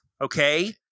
okay